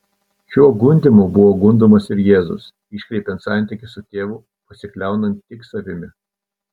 šiuo gundymu buvo gundomas ir jėzus iškreipiant santykį su tėvu pasikliaunant tik savimi